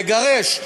לגרש,